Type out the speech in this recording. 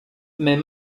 mais